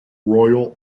royal